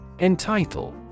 Entitle